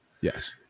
Yes